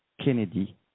Kennedy